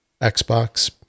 Xbox